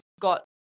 got